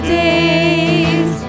days